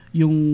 yung